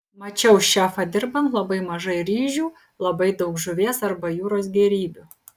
mačiau šefą dirbant labai mažai ryžių labai daug žuvies arba jūros gėrybių